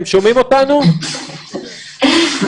לסיכום,